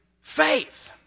faith